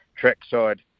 trackside